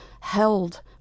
held